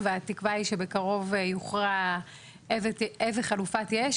והתקווה היא שבקרוב יוכרע איזה חלופה תהיה.